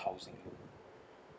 housing loan